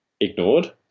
ignored